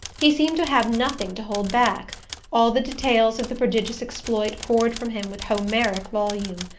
he seemed to have nothing to hold back all the details of the prodigious exploit poured from him with homeric volume.